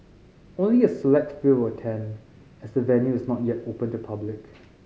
only a select few will attend as the venue is not yet open to public